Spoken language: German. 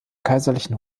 kaiserlichen